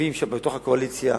שותפים שבתוך הקואליציה,